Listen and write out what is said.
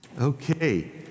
Okay